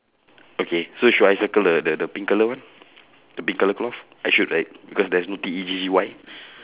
okay so should I circle the the the pink colour one the pink colour cloth I should right cause there is no T E G G Y